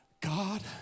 God